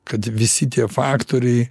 kad visi tie faktoriai